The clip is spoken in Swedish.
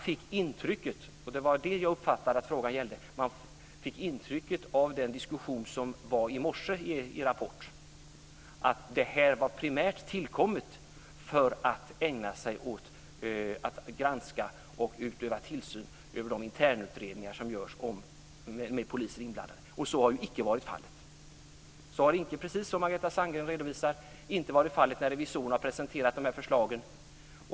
Det intryck man fick i morse av den diskussion som var i Rapport på TV var att tillsynsorganet var primärt tillkommet för att ägna sig åt att granska och utöva tillsyn över de internutredningar som görs med poliser inblandade. Det var det jag uppfattade att frågan gällde. Så har icke varit fallet. Precis som Margareta Sandgren redovisar har så icke varit fallet när revisorerna presenterat dessa förslag.